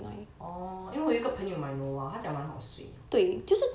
orh 因为我一个朋友买 noa 他讲蛮好睡